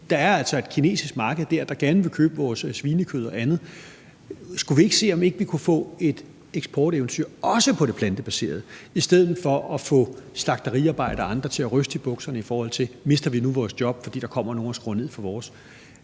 der er altså et kinesisk marked, der gerne vil købe vores svinekød og andet. Skulle vi ikke se, om ikke vi kunne få et eksporteventyr også med det plantebaserede, i stedet for at få slagteriarbejdere og andre til at ryste i bukserne, i forhold til om de mister deres job, fordi der kommer nogen og skruer ned for deres